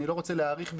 אני לא רוצה להאריך בזה,